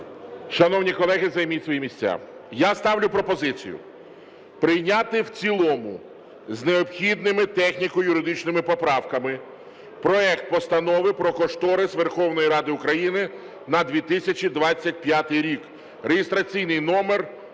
Шановні колеги, займіть свої місця. Я ставлю пропозицію прийняти в цілому з необхідними техніко-юридичними поправками проект Постанови про кошторис Верховної Ради України на 2025 рік (реєстраційний номер